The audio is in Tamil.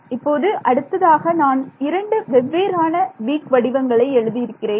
இப்போது அடுத்ததாக நான் இரண்டு வெவ்வேறான வீக் வடிவங்களை எழுதியிருக்கிறேன்